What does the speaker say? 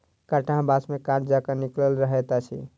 कंटहा बाँस मे काँट जकाँ निकलल रहैत अछि